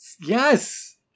Yes